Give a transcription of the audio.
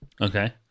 okay